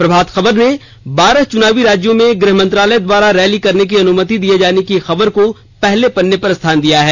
प्रभात खबर ने बारह चुनावी राज्यों में गृह मंत्रालय द्वारा रैली करने की अनुमति दिए जाने की खबर को पहले पन्ने पर स्थान दिया है